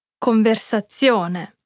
Conversazione